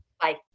Bye